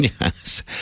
Yes